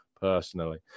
personally